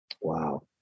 Wow